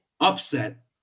upset